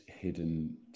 hidden